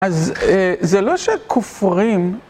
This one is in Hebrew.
אז אה זה לא שכופרים...